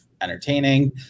entertaining